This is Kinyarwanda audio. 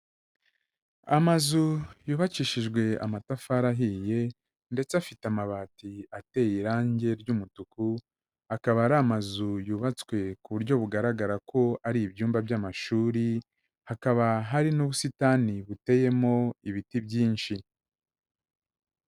Amazu yubakishijwe amatafari ahiye ndetse afite amabati ateye irange ry'umutuku, akaba ari amazu yubatswe ku buryo bugaragara ko ari ibyumba by'amashuri, hakaba hari n'ubusitani buteyemo ibiti byinshi.